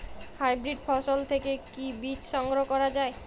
Hybrid ফসল থেকে কি বীজ সংগ্রহ করা য়ায়?